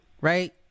right